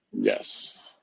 Yes